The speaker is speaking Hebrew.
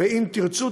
ואם תרצו,